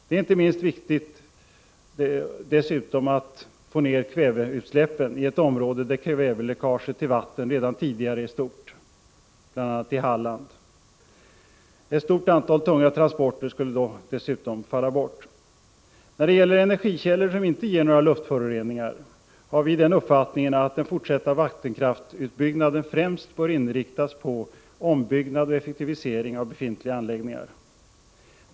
Det är inte minst viktigt att få ned kväveutsläppen i ett område där kväveläckaget till vatten redan tidigare är stort, bl.a. i Halland. Ett stort antal tunga transporter skulle dessutom falla bort. När det gäller energikällor som inte ger några luftföroreningar har vi den uppfattningen att den fortsatta vattenkraftutbyggnaden främst bör inriktas på ombyggnad och effektivisering av befintliga anläggningar.